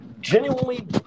genuinely